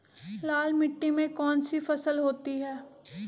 लाल मिट्टी में कौन सी फसल होती हैं?